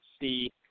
see